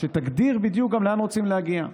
שגם תגדיר לאן רוצים להגיע,